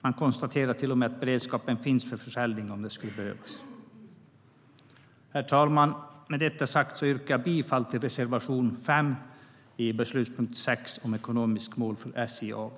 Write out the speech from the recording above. Man konstaterar till och med att beredskap finns för försäljning om det skulle behövas.